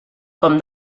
com